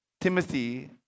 Timothy